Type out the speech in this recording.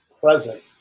present